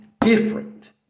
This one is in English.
different